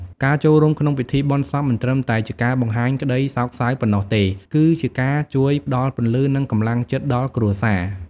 ការចូលរួមក្នុងពិធីបុណ្យសពមិនត្រឹមតែជាការបង្ហាញក្តីសោកសៅប៉ុណ្ណោះទេ គឺជាការជួយផ្ដល់ពន្លឺនិងកម្លាំងចិត្តដល់គ្រួសារ។